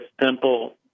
simple